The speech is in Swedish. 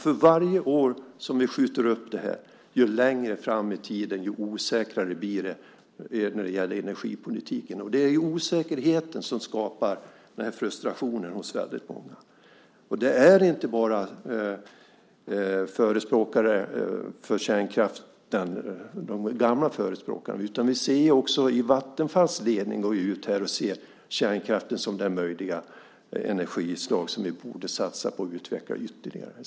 För varje år som vi skjuter upp det här hamnar det längre fram i tiden, och det blir allt osäkrare när det gäller energipolitiken. Det är ju osäkerheten som skapar den här frustrationen hos väldigt många. Och det handlar inte bara om de gamla förespråkarna för kärnkraften. Vi ser också att Vattenfalls ledning går ut och ser kärnkraften som ett möjligt energislag som vi borde satsa på och utveckla ytterligare.